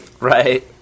Right